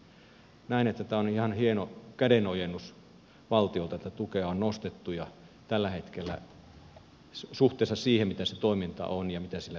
näen että tämä on ihan hieno kädenojennus valtiolta että tukea on nostettu tällä hetkellä suhteessa siihen mitä se toiminta on ja mitä sillä tehdään